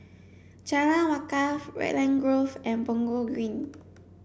Jalan Wakaff Raglan Grove and Punggol Green